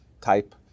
type